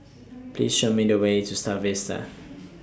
Please Show Me The Way to STAR Vista